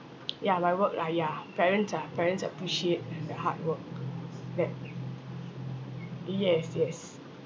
ya my work lah ya parents ah parents appreciate the hard work that yes yes